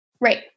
Right